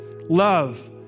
Love